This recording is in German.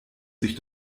sich